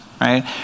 Right